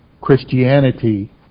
Christianity